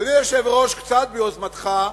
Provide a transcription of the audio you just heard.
אדוני היושב-ראש, קצת ביוזמתך,